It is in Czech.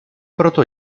proto